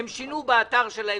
שהם שינו דברים באתר שלהם.